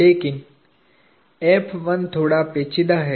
लेकिन थोड़ा पेचीदा है